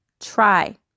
Try